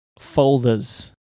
folders